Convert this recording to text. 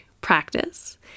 practice